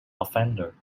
offender